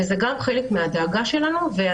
זה גם חלק מהדאגה שלנו.